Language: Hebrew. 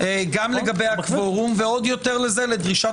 גם לגבי הקוורום ועוד יותר מזה לדרישת